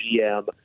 GM